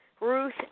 Ruth